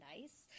nice